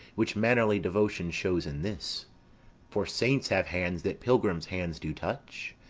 which mannerly devotion shows in this for saints have hands that pilgrims' hands do touch,